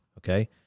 Okay